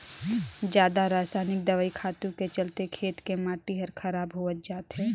जादा रसायनिक दवई खातू के चलते खेत के माटी हर खराब होवत जात हे